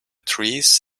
trees